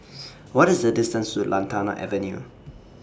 What IS The distance to Lantana Avenue